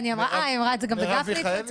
אה, היא אמרה את זה גם אצל גפני?